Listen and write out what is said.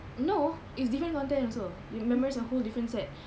no it's different content also you memorise a whole different set